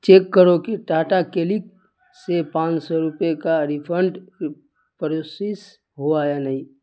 check کرو کہ Tata click سے پانچ سو روپے کا ریفنڈ پروسیس ہوا یا نہیں